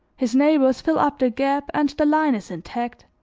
his neighbors fill up the gap and the line is intact.